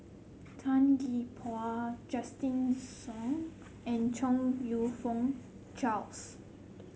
Tan Gee Paw Justin Zhuang and Chong You Fook Charles